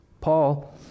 Paul